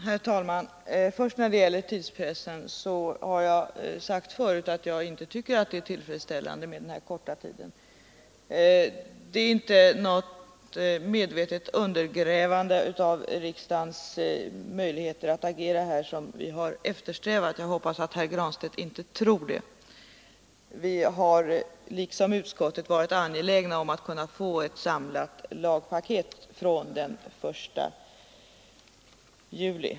Herr talman! När det först gäller tidspressen har jag förut sagt att jag inte tycker att det är tillfredsställande med den korta tid som har stått riksdagen till buds. Vi har inte medvetet eftersträvat att undergräva riksdagens möjligheter att agera. Jag hoppas att herr Granstedt inte tror det. Vi har liksom utskottet varit angelägna om att få ett samlat lagpaket från den 1 juli.